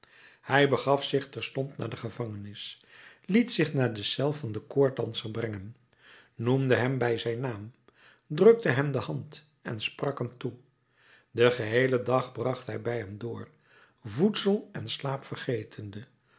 hij begaf zich terstond naar de gevangenis liet zich naar de cel van den koorddanser brengen noemde hem bij zijn naam drukte hem de hand en sprak hem toe den geheelen dag bracht hij bij hem door voedsel en slaap vergetende